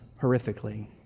horrifically